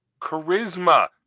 charisma